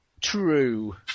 true